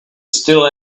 still